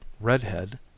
Redhead